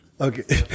Okay